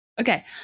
Okay